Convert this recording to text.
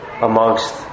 amongst